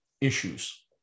issues